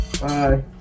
Bye